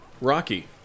Rocky